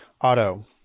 auto